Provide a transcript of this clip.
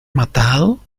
matado